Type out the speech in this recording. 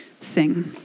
sing